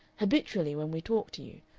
habitually when we talk to you.